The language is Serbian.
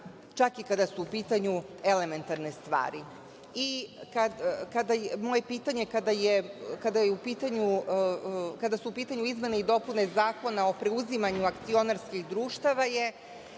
čak i kada su u pitanju elementarne stvari. Kada su u pitanju izmene i dopune Zakona o preuzimanju akcionarskih društava,